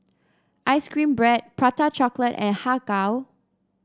ice cream bread Prata Chocolate and Har Kow